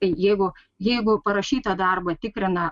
jeigu jeigu parašytą darbą tikrina